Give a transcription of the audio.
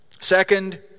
Second